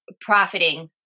profiting